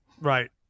Right